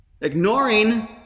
Ignoring